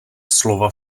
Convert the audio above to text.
slova